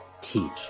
teach